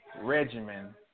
regimen